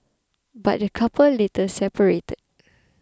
but the couple later separated